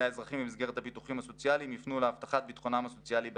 האזרחים במסגרת הביטוחים הסוציאליים יופנו להבטחת ביטחונם הסוציאלי בעתיד.